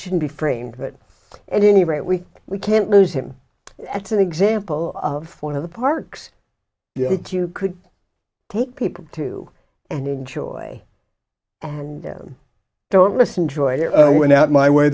shouldn't be framed that and any rate we we can't lose him it's an example of one of the parks you could take people to and enjoy and then don't listen joy i went out my way